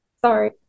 sorry